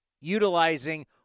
utilizing